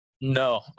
No